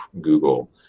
Google